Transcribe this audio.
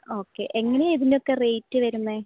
okay എങ്ങനെയാ ഇതിൻ്റെയൊക്കെ rate വരുന്നത്